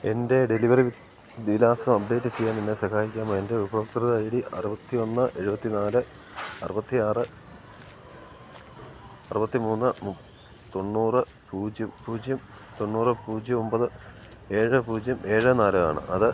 എൻ്റെ ഡെലിവറി വിലാസം അപ്ഡേറ്റ് ചെയ്യാൻ എന്നെ സഹായിക്കാമോ എൻ്റെ ഉപഭോക്തൃ ഐ ഡി അറുപത്തിയൊന്ന് എഴുപത്തിനാല് അറുപത്തിയാറ് അറുപത്തിമൂന്ന് തൊണ്ണൂറ് പൂജ്യം പൂജ്യം തൊണ്ണൂറ് പൂജ്യം ഒമ്പത് എഴ് പൂജ്യം എഴ് നാല് ആണ് അത്